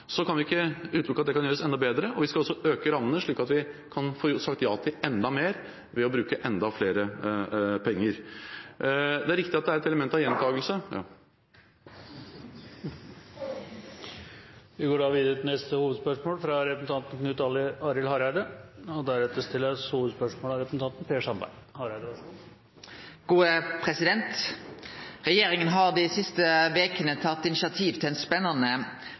kan ikke utelukke at dette kan gjøres enda bedre. Vi skal altså øke rammene, slik at vi kan få sagt ja til enda mer ved å bruke enda flere penger. Det er et riktig at det er et element av gjentakelse Vi går til neste hovedspørsmål. Regjeringa har dei siste vekene tatt initiativet til ein spennande familiedebatt. Spørsmålet regjeringa har stilt, er: Er det like verdifullt å bruke tid saman med barna som å jobbe? Etter ei veke har